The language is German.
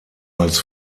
als